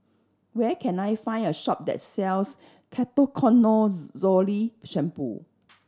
where can I find a shop that sells Ketoconazole Shampoo